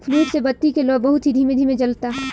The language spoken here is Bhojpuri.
फ्लूइड से बत्ती के लौं बहुत ही धीमे धीमे जलता